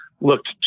looked